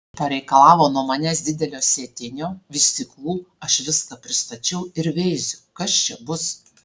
pareikalavo nuo manęs didelio sėtinio vystyklų aš viską pristačiau ir veiziu kas čia bus